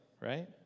right